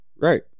Right